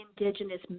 indigenous